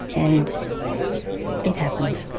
and it happened,